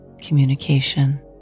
communication